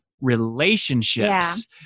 relationships